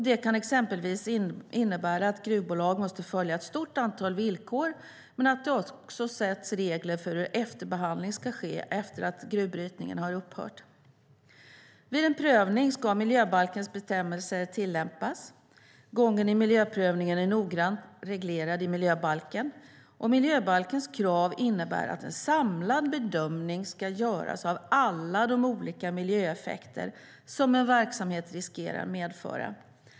Det kan exempelvis innebära att gruvbolag måste följa ett stort antal villkor och att det också sätts regler för hur efterbehandling ska ske efter att gruvbrytningen har upphört. Vid en prövning ska miljöbalkens bestämmelser tillämpas. Gången i miljöprövningen är noggrant reglerad i miljöbalken. Miljöbalkens krav innebär att en samlad bedömning ska göras av alla de olika miljöeffekter som en verksamhet riskerar att medföra.